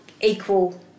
equal